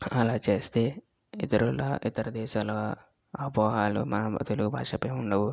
అలా చేస్తే ఇతరుల ఇతర దేశాల అపోహాలు మన తెలుగు భాషపై ఉండవు